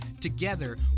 Together